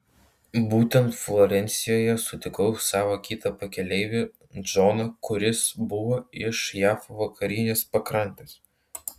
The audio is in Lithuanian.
būtent florencijoje sutikau savo kitą pakeleivį džoną kuris buvo iš jav vakarinės pakrantės